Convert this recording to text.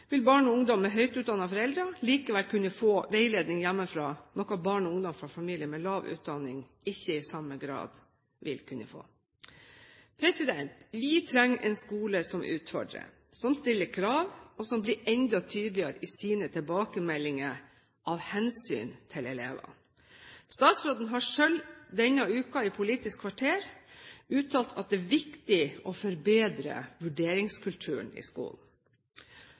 vil barn og ungdom med høyt utdannede foreldre likevel kunne få veiledning hjemmefra, noe barn og ungdom fra familier med lav utdanning ikke i samme grad vil kunne få. Vi trenger en skole som utfordrer, som stiller krav og som blir enda tydeligere i sine tilbakemeldinger – av hensyn til elevene. Statsråden har selv denne uken i Politisk kvarter uttalt at det er viktig å forbedre vurderingskulturen i skolen.